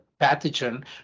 pathogen